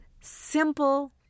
Simple